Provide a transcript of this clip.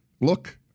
look